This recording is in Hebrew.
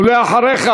אחריך